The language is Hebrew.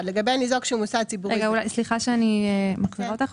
סליחה שאני קוטע אותך.